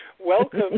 Welcome